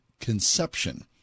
Conception